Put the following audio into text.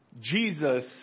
Jesus